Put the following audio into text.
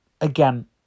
Again